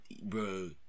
bro